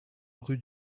rue